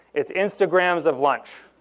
it's instagrams of lunch.